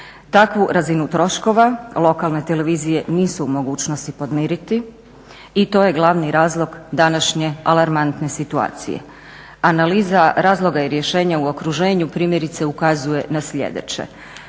takvu razinu troškova lokalne televizije nisu u mogućnosti podmiriti i to je glavni razlog današnje alarmantne situacije. Analiza razloga i rješenja u okruženju primjerice ukazuje na sljedeće,